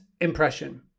impression